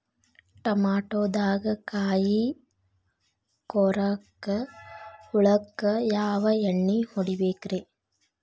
ಟಮಾಟೊದಾಗ ಕಾಯಿಕೊರಕ ಹುಳಕ್ಕ ಯಾವ ಎಣ್ಣಿ ಹೊಡಿಬೇಕ್ರೇ?